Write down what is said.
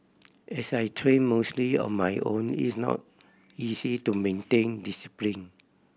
as I train mostly on my own is not easy to maintain discipline